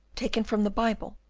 taken from the bible,